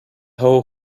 how